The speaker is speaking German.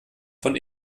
von